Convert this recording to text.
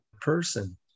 person